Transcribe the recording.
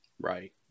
Right